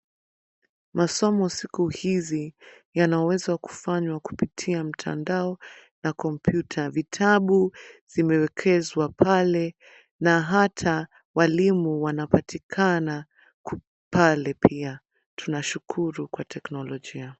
Masomo siku hizi yana uwezo wa kufanywa kupitia mtandao na kompyuta. Vitabu zimewekezwa pale na hata walimu wanapatikana pale pia. Tunashukuru kwa teknolojia.